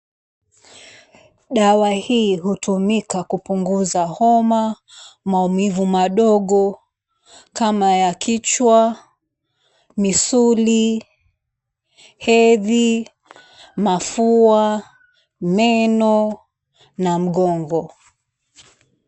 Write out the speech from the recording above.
Dawa hii hutumika kupunguza homa, maumivu madogo kama ya kichwa, misuli, hedhi, mafua, meno na mgongo.